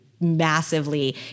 massively